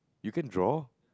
you can draw